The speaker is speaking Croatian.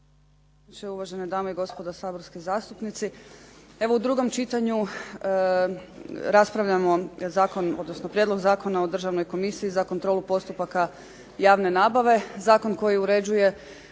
Uvažene dame i gospodo saborski zastupnici, evo u drugom čitanju raspravljamo zakon, odnosno prijedlog Zakona o državnoj komisiji za kontrolu postupaka javne nabave. Zakon koji uređuje